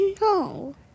No